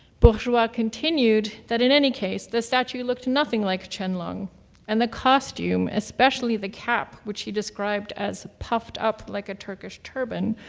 bourgeois continued that in any case, the statue looked nothing like qianlong and the costume, especially the cap, which he described as puffed up like a turkish turban,